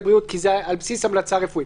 בריאות כי זה על בסיס המלצה רפואית.